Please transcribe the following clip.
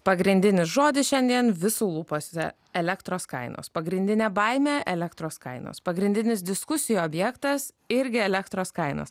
pagrindinis žodis šiandien visų lūpose elektros kainos pagrindinė baimė elektros kainos pagrindinis diskusijų objektas irgi elektros kainos